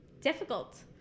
difficult